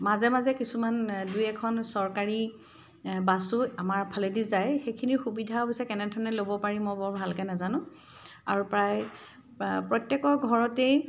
মাজে মাজে কিছুমান দুই এখন চৰকাৰী বাছো আমাৰ ফালেদি যায় সেইখিনিৰ সুবিধা অৱশ্যে কেনেধৰণে ল'ব পাৰি মই বৰ ভালকৈ নাজানোঁ আৰু প্ৰায় প্ৰত্যেকৰ ঘৰতেই